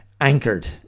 anchored